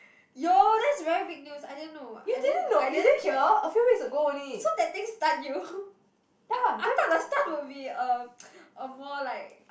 yo that's very big news I didn't know I didn't I didn't check so that thing stun you i thought the stuff will be uh um more like